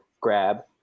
grab